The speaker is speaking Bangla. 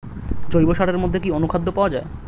জৈব সারের মধ্যে কি অনুখাদ্য পাওয়া যায়?